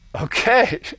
okay